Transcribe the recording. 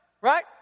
right